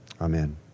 Amen